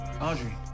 Audrey